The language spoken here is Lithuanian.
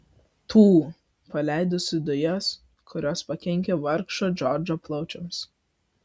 tų paleidusių dujas kurios pakenkė vargšo džordžo plaučiams